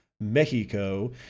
mexico